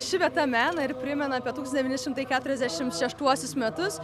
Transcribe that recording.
ši vieta mena ir primena apie tūkstantis devyni šimtai keturiasdešimt šeštuosius metus